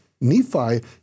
Nephi